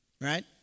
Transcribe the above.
right